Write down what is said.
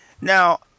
Now